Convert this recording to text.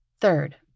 Third